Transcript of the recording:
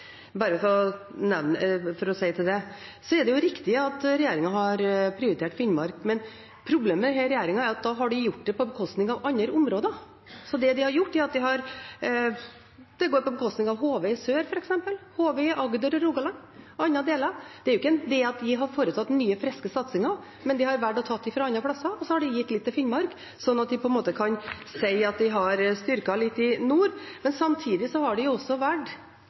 bare for å ha svart på det. Det er riktig at regjeringen har prioritert Finnmark, men problemet med denne regjeringen er at de har gjort det på bekostning av andre områder. Det går på bekostning av HV i sør, i Agder og Rogaland f.eks., og andre steder. Det er ikke det at de har foretatt nye, friske satsinger – men de har valgt å ta fra andre plasser, og så har de gitt litt til Finnmark, slik at de kan si at de har styrket det litt i nord. Men samtidig har de valgt både å svekke den militære helikopterstøtten på Bardufoss – de overholder heller ikke løftene sine i budsjettforliket på det